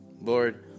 Lord